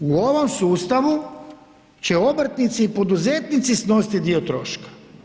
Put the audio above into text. U ovom sustavu će obrtnici poduzetnici snositi dio troška.